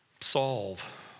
solve